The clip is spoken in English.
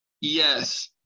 Yes